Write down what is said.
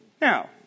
Now